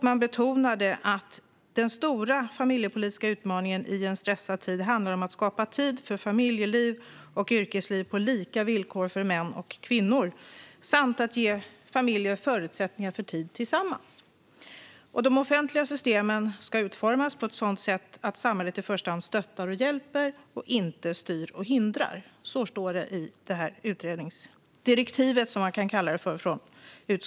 Man betonade att den stora familjepolitiska utmaningen i en stressad tid handlar om att skapa tid för familjeliv och yrkesliv på lika villkor för män och kvinnor samt att ge familjer förutsättningar för tid tillsammans. De offentliga systemen ska utformas på ett sådant sätt att samhället i första hand stöttar och hjälper och inte styr och hindrar. Så står det i utskottets utredningsdirektiv, som vi kan kalla det för.